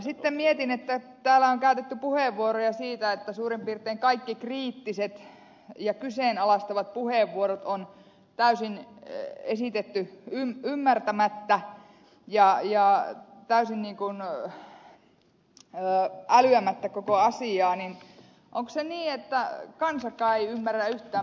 sitten mietin että kun täällä on käytetty puheenvuoroja siitä että suurin piirtein kaikki kriittiset ja kyseenalaistavat puheenvuorot on täysin esitetty ymmärtämättä ja täysin älyämättä koko asiaa niin onko se niin että kansakaan ei ymmärrä yhtään mittään